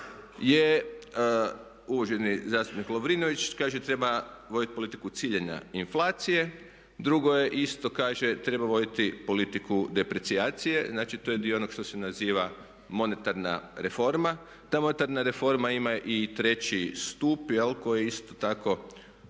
je uvaženi zastupnik Lovrinović kaže treba voditi politiku ciljane inflacije, drugo je isto kaže treba voditi politiku deprecijacije, znači to je dio onog što se naziva monetarna reforma. Ta monetarna reforma ima i treći stup koji isto tako